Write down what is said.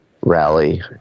rally